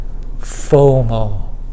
FOMO